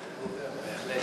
הולך וגובר, בהחלט.